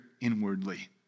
inwardly